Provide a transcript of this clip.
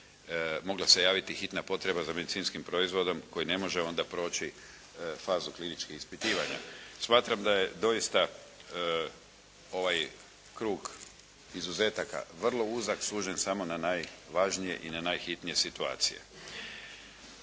mogla se javiti hitna potreba za medicinskim proizvodom koji ne može onda proći fazu kliničkih ispitivanja. Smatram da je doista ovaj krug izuzetaka vrlo uzak, sužen samo na najvažnije i na najhitnije situacije.